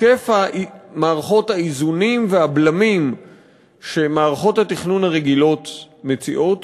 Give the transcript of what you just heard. עוקף מערכות האיזונים והבלמים שמערכות התכנון הרגילות מציעות,